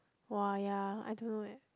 [wah] ya I don't know eh